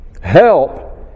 Help